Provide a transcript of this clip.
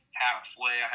halfway